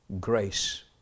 grace